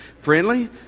friendly